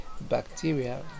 bacteria